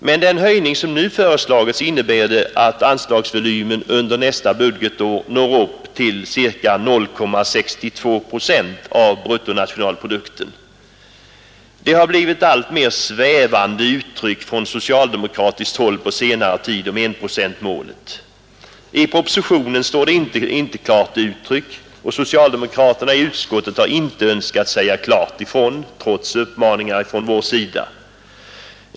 Med den höjning som nu föreslagits innebär det att anslagsvolymen under nästa budgetår når upp till ca 0,62 procent av bruttonationalprodukten. Det har blivit alltmer svävande uttryck från socialdemokratiskt håll på senare tid om enprocentsmålet. I propositionen står det inte klart uttryckt, och socialdemokraterna i utskottet har inte önskat säga klart ifrån, trots uppmaningar från vår sida.